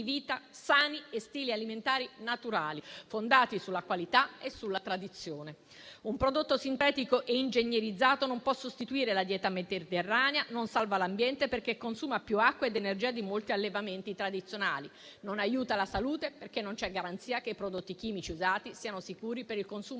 vita sani e stili alimentari naturali fondati sulla qualità e sulla tradizione. Un prodotto sintetico e ingegnerizzato non può sostituire la dieta mediterranea, non salva l'ambiente, perché consuma più acqua ed energia di molti allevamenti tradizionali, non aiuta la salute, perché non c'è garanzia che i prodotti chimici usati siano sicuri per il consumo